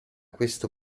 questo